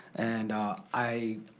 and i